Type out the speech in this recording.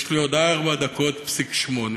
יש לי עוד ארבע דקות פסיק שמונה,